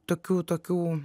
tokių tokių